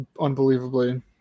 unbelievably